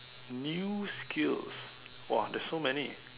new skills !wah! there's so many